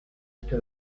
esto